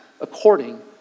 according